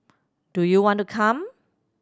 do you want to come